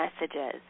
messages